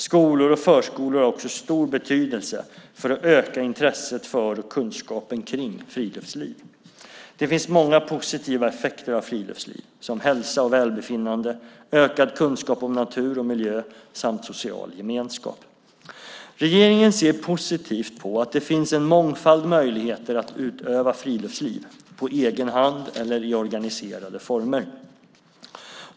Skolor och förskolor har också stor betydelse för att öka intresset för och kunskapen kring friluftsliv. Det finns många positiva effekter av friluftsliv, såsom hälsa och välbefinnande, ökad kunskap om natur och miljö samt social gemenskap. Regeringen ser positivt på att det finns en mångfald möjligheter att utöva friluftsliv, på egen hand eller i organiserade former.